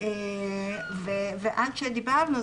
ועד שדיברנו,